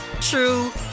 true